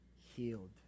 healed